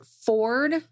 Ford